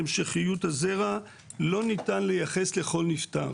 על המשפחה ש-10 שנים נמצאת בתוך הסיוט הזה.